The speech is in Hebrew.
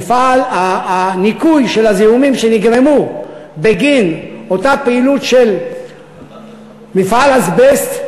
הניקוי של הזיהומים שנגרמו בגין אותה פעילות של מפעל אזבסט,